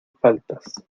faltas